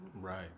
Right